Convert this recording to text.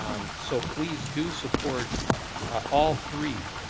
um so please, do support all three